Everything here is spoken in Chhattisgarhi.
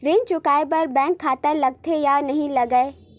ऋण चुकाए बार बैंक खाता लगथे या नहीं लगाए?